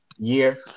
year